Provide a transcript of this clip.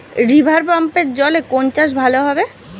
রিভারপাম্পের জলে কোন চাষ ভালো হবে?